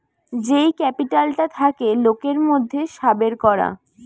যেই ক্যাপিটালটা থাকে লোকের মধ্যে সাবের করা